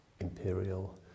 imperial